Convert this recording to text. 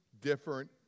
different